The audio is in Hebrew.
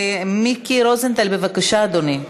מיקי רוזנטל, בבקשה, אדוני.